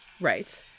Right